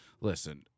Listen